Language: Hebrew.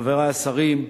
חברי השרים,